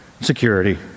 security